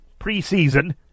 preseason